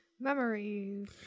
Memories